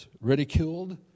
ridiculed